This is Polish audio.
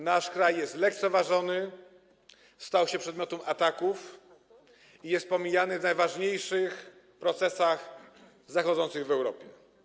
Nasz kraj jest lekceważony, stał się przedmiotem ataków i jest pomijany w najważniejszych procesach zachodzących w Europie.